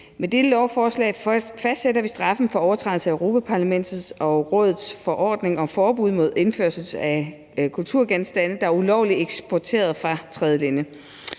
Med dette lovforslag fastsætter vi straffen for overtrædelse af Europa-Parlamentets og Rådets forordning om forbud mod indførsel af kulturgenstande, der er ulovligt eksporteret fra tredjelande.